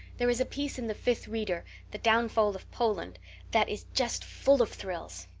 there is a piece in the fifth reader the downfall of poland' that is just full of thrills.